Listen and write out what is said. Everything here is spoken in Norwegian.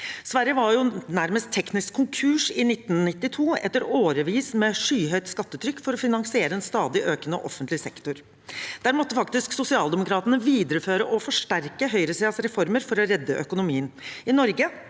Sverige var jo nærmest teknisk konkurs i 1992 etter årevis med skyhøyt skattetrykk for å finansiere en stadig økende offentlig sektor. Der måtte faktisk sosialdemokratene videreføre og forsterke høyresidens reformer for å redde økonomien.